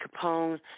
Capone